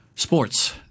Sports